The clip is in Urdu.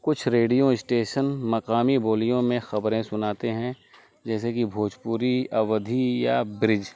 کچھ ریڈیو اسٹیشن مقامی بولیوں میں خبریں سناتے ہیں جیسے کہ بھوجپوری اودھی یا برج